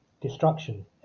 destruction